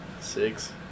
Six